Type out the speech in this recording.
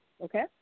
okay